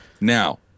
now